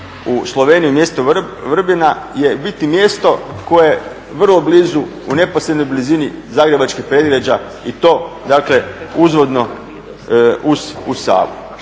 u Sloveniji u mjesto Vrbina je u biti mjesto koje je vrlo blizu, u neposrednoj blizini zagrebačkog predgrađa i to dakle uzvodno uz Savu.